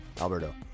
Alberto